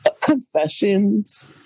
Confessions